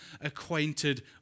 acquainted